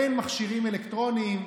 אין מכשירים אלקטרוניים,